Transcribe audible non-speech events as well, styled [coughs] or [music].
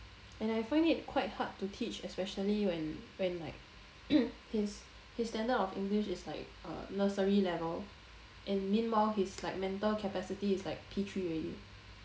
and I find it quite hard to teach especially when when like [coughs] his his standard of english is like uh nursery level and meanwhile his like mental capacity is like P three already